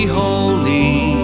holy